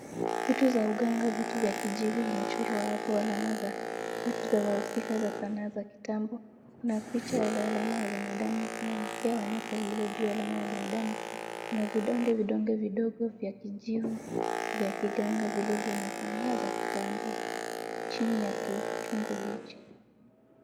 Vitu za uganga, vitu vya kijivu vimechorwa hapo alama za vitu za wahusika za sanaa za kitambo, kuna picha yenye alama ya binadamu mkewe ulio juu ya binadamu na vidonge vidonge vidogo vya kijivu vya kiganga vilivyo na sanaa za kitambo, chini ya chungu hiki.